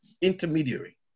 intermediary